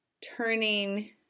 turning